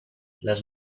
las